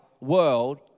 world